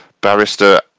Barrister